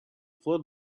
flood